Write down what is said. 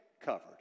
covered